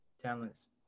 Talents